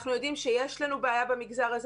אנחנו יודעים שיש לנו בעיה במגזר הזה